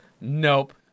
Nope